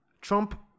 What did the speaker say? Trump